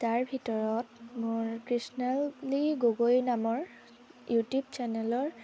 তাৰ ভিতৰত মোৰ কৃষ্ণাল বুলি গগৈ নামৰ ইউটিউব চেনেলৰ